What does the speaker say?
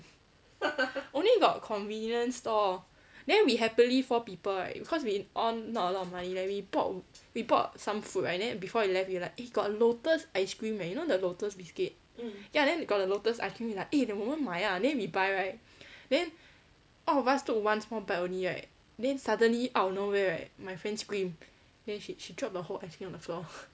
only got convenient store then we happily four people right because we all not a lot of money then we bought we bought some food then before we left we were like eh got a lotus ice cream eh you know the lotus biscuit ya then got the lotus ice cream we like eh 我们买啦 then we buy right then all of us took one small bite only right then suddenly out of nowhere right my friend scream then she she dropped the whole ice cream on the floor